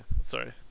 sorry